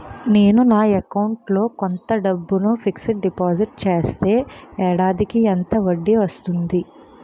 నేను నా అకౌంట్ లో కొంత డబ్బును ఫిక్సడ్ డెపోసిట్ చేస్తే ఏడాదికి ఎంత వడ్డీ వస్తుంది?